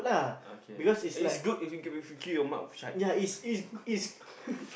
okay it's good if you keep if you keep your mouth shut